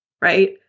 right